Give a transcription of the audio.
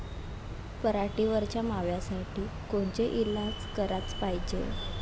पराटीवरच्या माव्यासाठी कोनचे इलाज कराच पायजे?